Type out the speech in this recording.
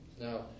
Now